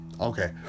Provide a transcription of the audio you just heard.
okay